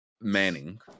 Manning